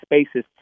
spaces